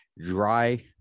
dry